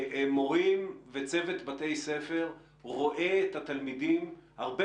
מורים וצוות בתי הספר רואים את התלמידים הרבה